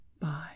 Bye